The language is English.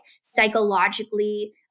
psychologically